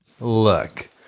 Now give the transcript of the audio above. Look